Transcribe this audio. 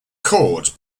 chords